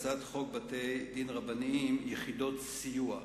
הצעת חוק בתי-דין דתיים (יחידות סיוע).